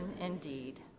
indeed